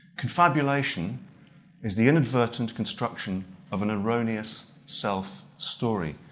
confabulation is the inadvertent construction of an erroneous self story,